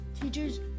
teachers